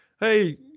Hey